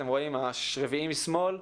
אתם הרביעי משמאל,